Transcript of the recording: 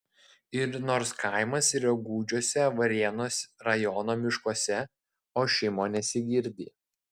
ir nors kaimas yra gūdžiuose varėnos rajono miškuose ošimo nesigirdi